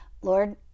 lord